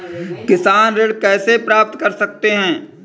किसान ऋण कैसे प्राप्त कर सकते हैं?